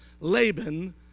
Laban